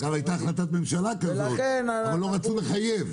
גם הייתה החלטת ממשלה כזאת, אבל לא רצו לחייב.